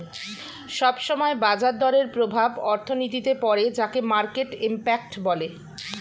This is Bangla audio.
সব সময় বাজার দরের প্রভাব অর্থনীতিতে পড়ে যাকে মার্কেট ইমপ্যাক্ট বলে